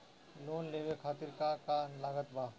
Loan लेवे खातिर का का लागत ब?